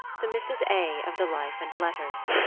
the mrs. a. of the life and letters.